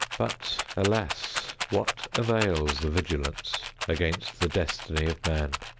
but, alas? what avails the vigilance against the destiny of man?